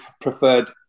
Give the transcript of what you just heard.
preferred